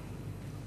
אזולאי.